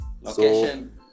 Location